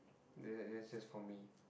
there that's just for me